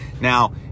Now